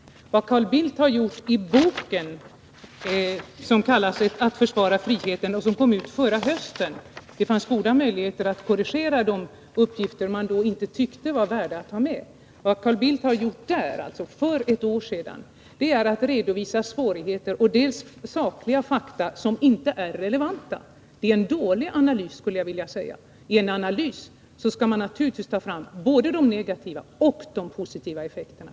Vad Carl Bildt har gjort i boken Att försvara friheten — som kom ut förra hösten och där det fanns goda möjligheter att korrigera de uppgifter man då inte tyckte var värda att ta med — är att redovisa dels svårigheter, dels sakliga fakta som inte ärrelevanta. Det är en dålig analys, skulle jag vilja säga. I en analys skall man naturligtvis ta fram både de negativa och de positiva effekterna.